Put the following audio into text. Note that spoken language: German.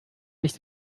nicht